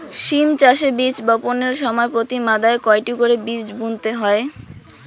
সিম চাষে বীজ বপনের সময় প্রতি মাদায় কয়টি করে বীজ বুনতে হয়?